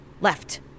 Left